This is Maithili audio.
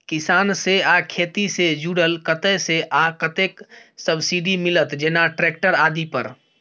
किसान से आ खेती से जुरल कतय से आ कतेक सबसिडी मिलत, जेना ट्रैक्टर आदि पर?